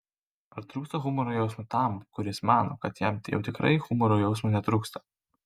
ar trūksta humoro jausmo tam kuris mano kad jam tai jau tikrai humoro jausmo netrūksta